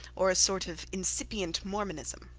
or a sort of incipient mormonism.